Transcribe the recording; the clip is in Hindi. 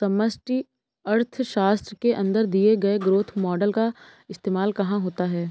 समष्टि अर्थशास्त्र के अंदर दिए गए ग्रोथ मॉडेल का इस्तेमाल कहाँ होता है?